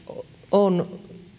on